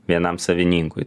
vienam savininkui